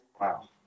wow